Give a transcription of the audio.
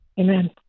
Amen